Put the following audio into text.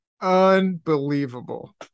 Unbelievable